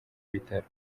bitaro